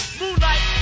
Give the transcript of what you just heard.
moonlight